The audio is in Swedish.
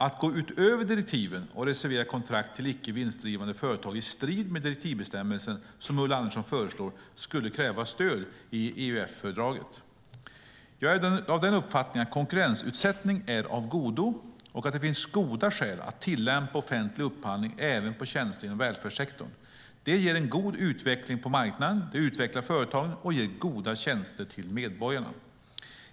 Att gå utöver direktiven och reservera kontrakt till icke vinstdrivande företag i strid med direktivbestämmelsen, som Ulla Andersson föreslår, skulle kräva stöd i EUF-fördraget. Jag är av den uppfattningen att konkurrensutsättning är av godo och att det finns goda skäl att tillämpa offentlig upphandling även på tjänster inom välfärdssektorn. Det ger en god utveckling på marknaden, det utvecklar företagen och ger goda tjänster till medborgarna.